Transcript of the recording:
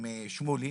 שמולי,